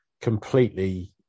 completely